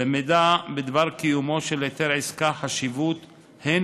למידע בדבר קיומו של היתר עסקה חשיבות הן